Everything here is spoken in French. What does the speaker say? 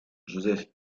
joseph